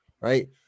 right